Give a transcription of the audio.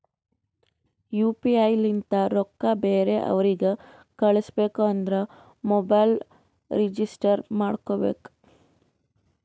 you P I ಲಿಂತ ರೊಕ್ಕಾ ಬೇರೆ ಅವ್ರಿಗ ಕಳುಸ್ಬೇಕ್ ಅಂದುರ್ ಮೊಬೈಲ್ ರಿಜಿಸ್ಟರ್ ಮಾಡ್ಕೋಬೇಕ್